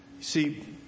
See